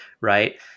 right